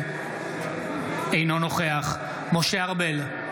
אינו נוכח משה ארבל,